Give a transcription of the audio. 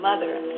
Mother